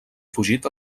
fugit